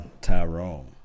Tyrone